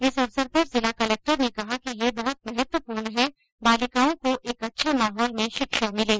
इस अवसर पर जिला कलक्टर ने कहा कि ये बहुत महत्वपूर्ण है बालिकाओं को एक अच्छे माहौल में शिक्षा मिले